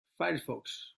firefox